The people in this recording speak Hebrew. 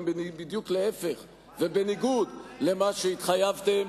בדיוק להיפך ובניגוד למה שהתחייבתם.